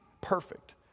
perfect